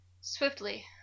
Swiftly